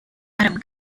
aram